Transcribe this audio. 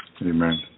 Amen